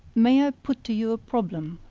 may i put to you a problem?